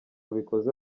bikoze